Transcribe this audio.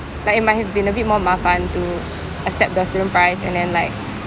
like it might have been a bit more 麻烦 to accept the student price and then like